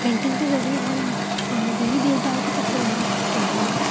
painting के ज़रिए हम देवी देवताओं के चित्र बना सकते हैं